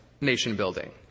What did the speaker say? nation-building